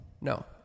No